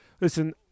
listen